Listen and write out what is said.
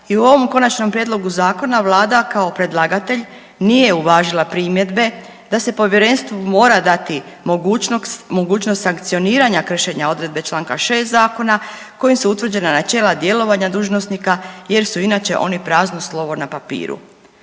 i u ovom Konačnom prijedlogu zakona Vlada kao predlagatelj nije uvažila primjedbe da se Povjerenstvu mora dati mogućnost sankcioniranja kršenja odredbe članka 6. Zakona kojim su utvrđena načela djelovanja dužnosnika jer su inače oni prazno slovo na papiru.